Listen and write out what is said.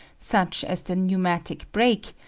such as the pneumatic brake,